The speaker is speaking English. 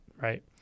right